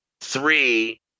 three